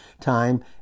time